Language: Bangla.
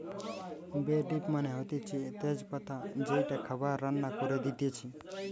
বে লিফ মানে হতিছে তেজ পাতা যেইটা খাবার রান্না করে দিতেছে